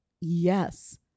Yes